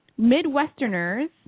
Midwesterners